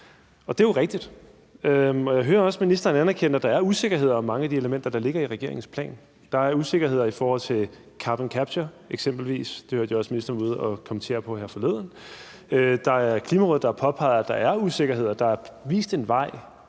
udsagn er jo rigtigt. Jeg hører også, at ministeren anerkender, at der er usikkerheder om mange af de elementer, der ligger i regeringens plan. Der er usikkerheder i forhold til eksempelvis carbon capture; det hørte jeg også at ministeren forleden var ude at kommentere på. Klimarådet har påpeget, at der er usikkerheder. Der er vist en vej,